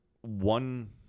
one